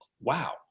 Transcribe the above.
wow